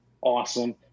awesome